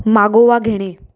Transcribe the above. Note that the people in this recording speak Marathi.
मागोवा घेणे